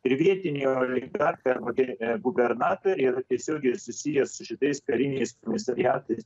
ir grietinė oligarchai arba gen gubernatoriai yra tiesiogiai susiję su šitais kariniais komisariatais